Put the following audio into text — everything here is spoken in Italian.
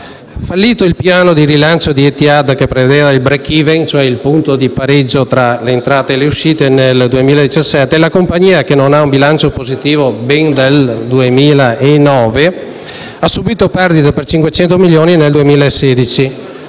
Fallito il piano di rilancio di Etihad, che prevedeva il *break even* (il punto di pareggio tra le entrate e le uscite) nel 2017, la compagnia, che non ha un bilancio positivo ben dal 2009, ha subìto perdite per 500 milioni di euro